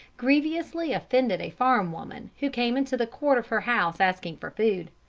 grievously offended a farm woman who came into the court of her house asking for food.